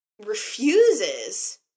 refuses